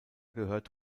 gehört